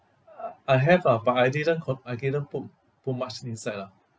I have ah but I didn't co~ I didn't put put much inside lah